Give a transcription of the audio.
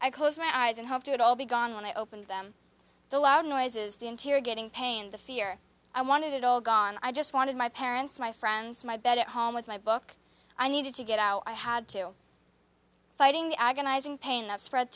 i close my eyes and do it all began when i opened them the loud noises the interior getting pain the fear i wanted it all gone i just wanted my parents my friends my bed at home with my book i needed to get out i had to fighting agonizing pain that spread